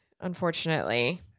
unfortunately